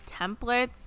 templates